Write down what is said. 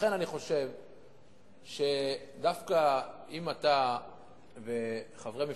לכן, אני חושב שדווקא אם אתה וחברי מפלגתך,